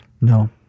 No